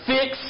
Fix